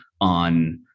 on